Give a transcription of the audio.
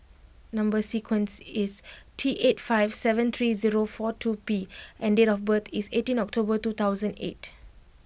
number sequence is T eight five seven three zero four two P and date of birth is eighteenth October two thousand eight